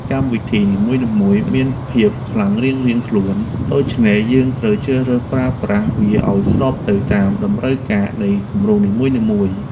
កម្មវិធីនីមួយៗមានភាពខ្លាំងរៀងៗខ្លួន ដូច្នេះយើងត្រូវជ្រើសរើសប្រើប្រាស់វាឱ្យស្របទៅតាមតម្រូវការនៃគម្រោងនីមួយៗ។